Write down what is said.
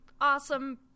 awesome